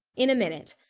in a minute.